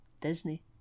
Disney